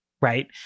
right